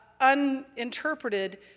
uninterpreted